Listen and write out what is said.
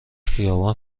خیابان